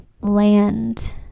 land